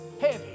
heavy